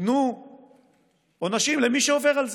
ותנו עונשים למי שעובר על זה.